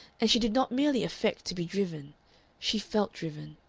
and she did not merely affect to be driven she felt driven.